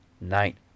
night